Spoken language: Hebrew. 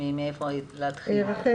רחל